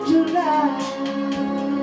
July